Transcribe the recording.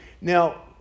Now